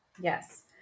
Yes